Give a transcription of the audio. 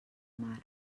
mar